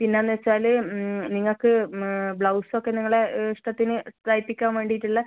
പിന്നെ എന്ന് വെച്ചാൽ നിങ്ങൾക്ക് ബ്ലൗസ് ഒക്കെ നിങ്ങളെ ഇഷ്ടത്തിന് തയ്പ്പിക്കാൻ വേണ്ടിയിട്ടുള്ള